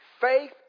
Faith